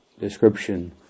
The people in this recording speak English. description